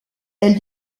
elle